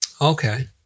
Okay